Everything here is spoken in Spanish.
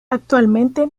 actualmente